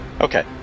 Okay